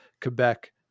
Quebec